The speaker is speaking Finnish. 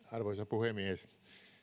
arvoisa puhemies kun en